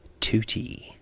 tootie